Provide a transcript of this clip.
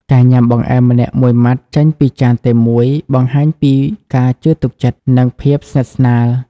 ការញ៉ាំបង្អែមម្នាក់មួយមាត់ចេញពីចានតែមួយ បង្ហាញពីការជឿទុកចិត្ត និងភាពស្និទ្ធស្នាល។